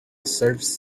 serves